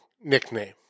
nickname